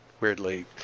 weirdly